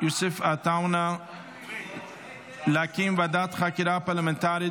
יוסף עטאונה להקים ועדת חקירה פרלמנטרית